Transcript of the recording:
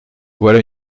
voilà